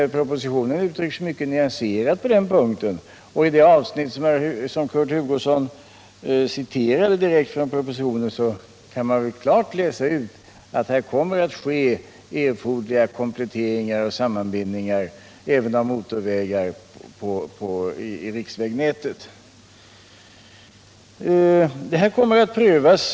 Propositionen uttrycker sig mycket nyanserat på denna punkt, och från det avsnitt ur propositionen som Kurt Hugosson citerade . torde man klart kunna läsa ut att erforderliga kompletteringar och sammanbindningar av motorvägar även kommer att ske när det gäller riksvägnätet.